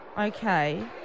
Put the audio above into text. Okay